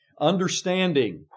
understanding